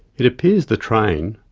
it appears the train,